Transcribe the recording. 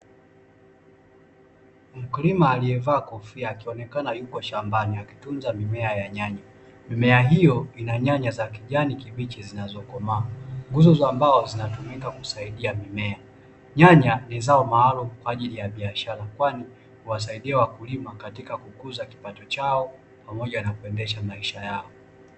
Mkulima aliyevaa kofia akionekana yupo shambani akitunza mimea ya nyanya. Mimea hiyo ina nyanya za kijani kibichi zilizokomaa. Nguzo za mbao zinatumika kusaidia mimea. Nyanya ni zao maalumu kwa ajili ya biashara kwani huwasaidia wakulima katika kukuza kipato chao pamoja na kuendesha maisha yao.